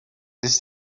this